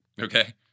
Okay